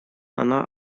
она